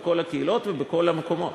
בכל הקהילות ובכל המקומות.